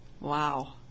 wow